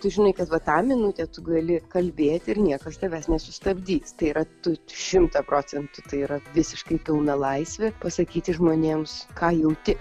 tu žinai kad va tą minutę tu gali kalbėti ir niekas tavęs nesustabdys tai yra tu šimtą procentų tai yra visiškai pilna laisvė pasakyti žmonėms ką jauti